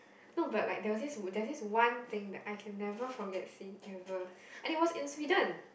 no but like there was this there's this one thing that I can never forget seeing ever and it was in Sweden